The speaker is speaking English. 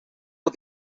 but